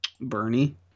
Bernie